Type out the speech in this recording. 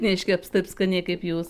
neiškeps taip skaniai kaip jūs